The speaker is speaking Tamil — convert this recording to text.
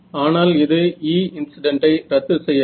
ஆனால் இது E இன்ஸிடண்ட் ஐ ரத்து செய்யாது